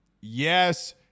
yes